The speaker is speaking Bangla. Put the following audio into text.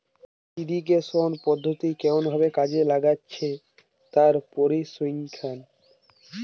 ইরিগেশন পদ্ধতি কেমন ভাবে কাজে লাগছে তার পরিসংখ্যান